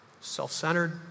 Self-centered